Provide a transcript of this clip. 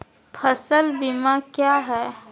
फ़सल बीमा क्या है?